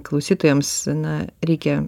klausytojams na reikia